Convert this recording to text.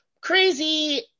crazy